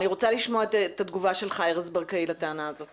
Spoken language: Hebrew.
אני רוצה לשמוע את התגובה של ארז ברקאי לטענה הזאת.